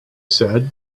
said